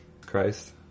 Christ